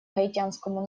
гаитянскому